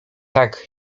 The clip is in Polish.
tak